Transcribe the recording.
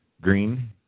green